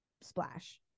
splash